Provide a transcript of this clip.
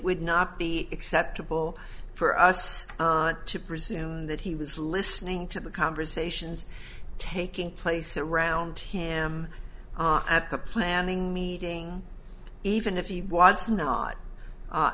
would not be acceptable for us to presume that he was listening to the conversations taking place around him at the planning meeting even if he was not